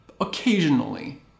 occasionally